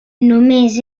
només